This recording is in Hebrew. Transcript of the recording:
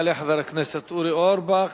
יעלה חבר הכנסת אורי אורבך,